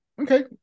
Okay